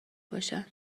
باشن